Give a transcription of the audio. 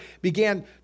began